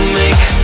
make